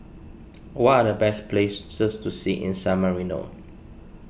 what are the best places to see in San Marino